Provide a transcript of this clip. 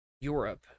Europe